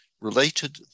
related